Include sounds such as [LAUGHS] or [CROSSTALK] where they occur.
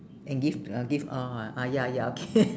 and give to uh give orh ah ya ya okay [LAUGHS]